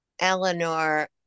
Eleanor